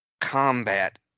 combat